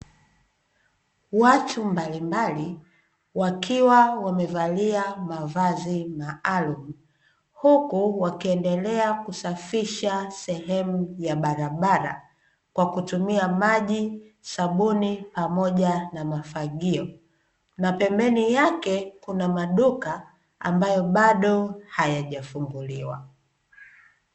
Watu mbalimbali wakiwa wamevalia mavazi maalumu, huku wakiendelea kusafisha sehemu ya barabara kwa kutumia maji, sabuni pamoja na mafagio, na pembeni yake kuna maduka ambayo bado hayajafunguliwa.